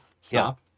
stop